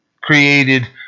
created